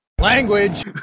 Language